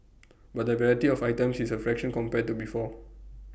but the variety of items is A fraction compared to before